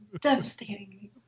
Devastating